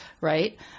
right